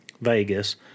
Vegas